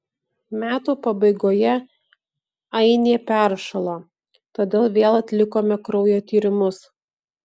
metų pabaigoje ainė peršalo todėl vėl atlikome kraujo tyrimus